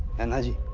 and as yeah